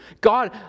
God